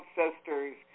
ancestors